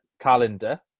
calendar